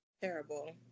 Terrible